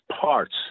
parts